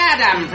Adam